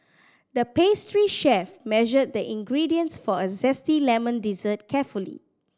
the pastry chef measured the ingredients for a zesty lemon dessert carefully